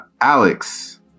Alex